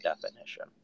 definition